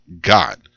God